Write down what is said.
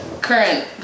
current